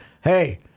hey